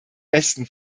besten